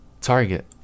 Target